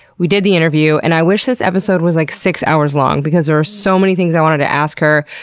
we did the interview, and i wish this episode was like six hours long because there were so many things i wanted to ask her.